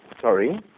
Sorry